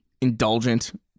indulgent